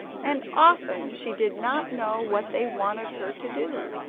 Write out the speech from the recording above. and often she did not know what they wanted her to do.